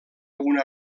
una